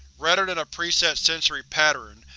rather than a preset sensory pattern,